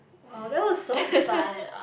oh that was so fun